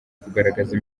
kugaragaza